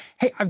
hey